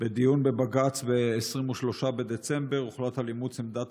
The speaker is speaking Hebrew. בדיון בבג"ץ ב-23 בדצמבר הוחלט על אימוץ עמדת